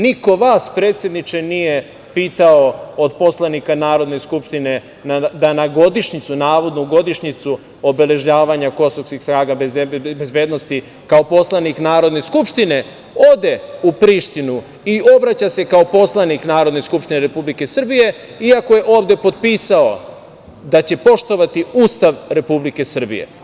Niko vas, predsedniče nije pitao, od poslanika Narodne skupštine, da na godišnjicu, navodnu godišnjicu obeležavanja kosovskih snaga bezbednosti kao poslanik Narodne skupštine ode u Prištinu i obraća se kao poslanik Narodne skupštine Republike Srbije iako je ovde potpisao da će poštovati Ustav Republike Srbije.